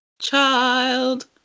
child